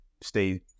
stay